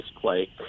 play